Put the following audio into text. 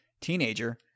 teenager